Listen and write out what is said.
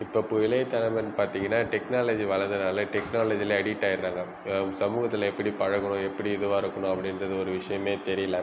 இப்போ இளைய தலைமுறைனு பார்த்தீங்கன்னா டெக்னாலஜி வளரதுனால டெக்னாலஜியில் அடிக்ட் ஆகிடுறாங்க சமூகத்தில் எப்படி பழகணும் எப்படி இது வரக்கூட அப்படின்றது ஒரு விஷயமே தெரியல